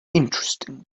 interesting